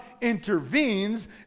intervenes